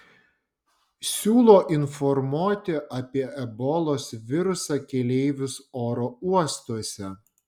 siūlo informuoti apie ebolos virusą keleivius oro uostuose